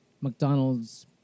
McDonald's